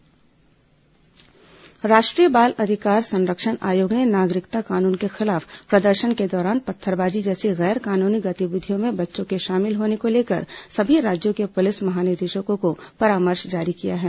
नागरिकता कानून पुलिस महानिदेशक परामर्श राष्ट्रीय बाल अधिकार संरक्षण आयोग ने नागरिकता कानून के खिलाफ प्रदर्शन के दौरान पत्थरबाजी जैसी गैर कानूनी गतिविधियों में बच्चों के शामिल होने को लेकर सभी राज्यों के पुलिस महानिदेशकों को परामर्श जारी किया है